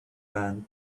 band